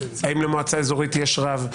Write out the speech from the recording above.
האם למועצה אזורית יש רב,